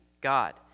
God